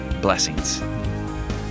Blessings